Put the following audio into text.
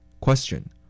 Question